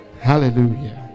Hallelujah